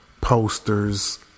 posters